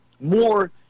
more